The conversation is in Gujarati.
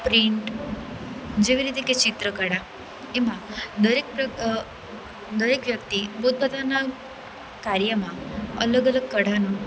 પ્રિન્ટ જેવી રીતે કે ચિત્રકળા એમાં દરેક દરેક વ્યક્તિ પોતપોતાના કાર્યમાં અલગ અલગ કળાનો